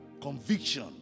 conviction